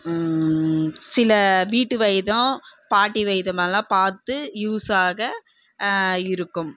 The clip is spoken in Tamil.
சில வீட்டு வைத்தியம் பாட்டி வைத்தியம்லாம் பார்த்து யூஸ் ஆக இருக்கும்